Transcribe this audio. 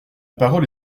parole